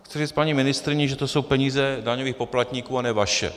Chci říct paní ministryni, že to jsou peníze daňových poplatníků a ne vaše.